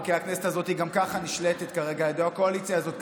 הכנסת הזאת גם ככה נשלטת על ידי הקואליציה הזאת,